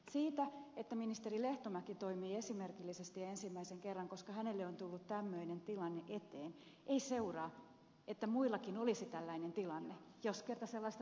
siitä että ministeri lehtomäki toimii esimerkillisesti ja ensimmäisen kerran koska hänelle on tullut tämmöinen tilanne eteen ei seuraa että muillakin olisi tällainen tilanne jos kerran sellaista tilannetta ei ole